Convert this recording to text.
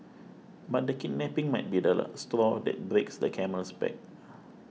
but the kidnapping might be the straw that breaks the camel's back